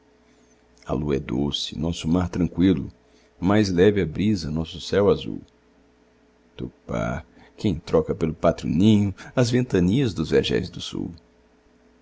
a lua é doce nosso mar tranqüilo mais leve a brisa nosso céu azul tupá quem troca pelo pátrio ninho as ventanias dos vergéis do sul